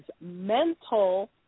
mental